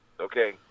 Okay